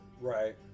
Right